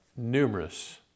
numerous